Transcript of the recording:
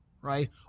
right